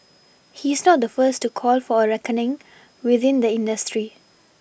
he's not the first to call for a reckoning within the industry